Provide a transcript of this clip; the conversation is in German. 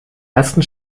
ersten